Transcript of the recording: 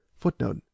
FOOTNOTE